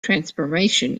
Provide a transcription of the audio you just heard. transformation